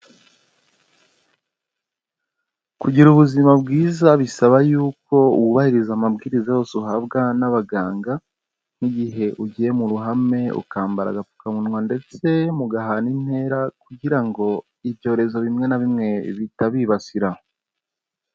Kugira ubuzima bwiza bisaba yuko wubahiriza amabwiriza yose uhabwa n'abaganga, n'igihe ugiye mu ruhame ukambara agapfukamunwa ndetse mugahana intera kugira ngo ibyorezo bimwe na bimwe bitabibasira.